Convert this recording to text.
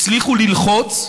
הצליחו ללחוץ.